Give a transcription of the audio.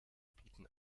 bieten